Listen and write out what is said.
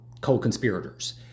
co-conspirators